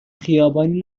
خیابانی